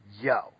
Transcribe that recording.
Yo